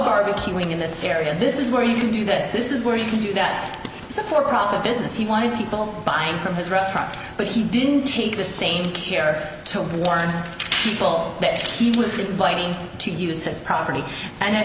barbecuing in this scary and this is where you can do this this is where you can do that it's a for profit business he wanted people buying from his restaurant but he didn't take the same care to warn people that he was inviting to use his property and i